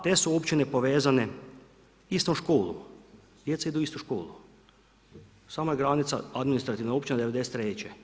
Te su općine povezane i sa školom, djeca idu u istu školu, samo je granica administrativne općine '93.